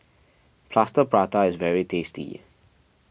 Plaster Prata is very tasty